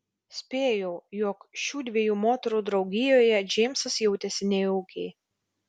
spėjau jog šių dviejų moterų draugijoje džeimsas jautėsi nejaukiai